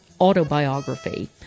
autobiography